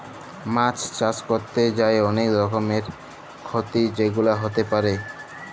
মাছ চাষ ক্যরতে যাঁয়ে অলেক রকমের খ্যতি যেগুলা হ্যতে পারে